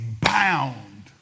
bound